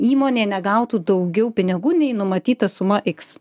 įmonė negautų daugiau pinigų nei numatyta suma x